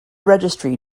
registry